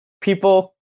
people